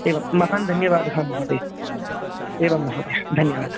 एवं महान् धन्यवादः महोदय एवं महोदय धन्यवादः